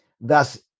Thus